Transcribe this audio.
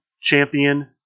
champion